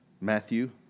Matthew